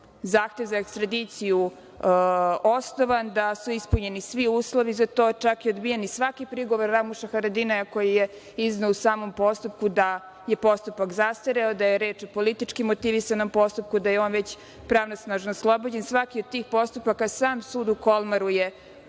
zahtev za ekstradiciju osnovan, da su ispunjeni svi uslovi za to, čak je odbijen i svaki prigovor Ramuša Haradinaja, koji je izneo u samom postupku, da je postupak zastareo, da je reč o političkim motivisanom postupku, da je on već pravosnažno oslobođen. Svaki od tih postupaka je sam sud u Kolmaru